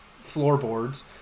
floorboards